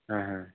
ఆహా